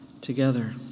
together